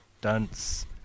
dance